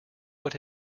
what